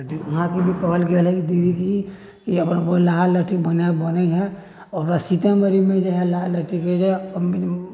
तऽ वहाँके भी कहल गेल हइ जे दीदी जी कि अपन लाह लहठी बनैत हइ आओर सीतामढ़ीमे जे लाह लहठीके जे